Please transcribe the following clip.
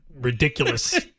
ridiculous